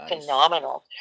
phenomenal